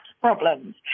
problems